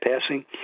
passing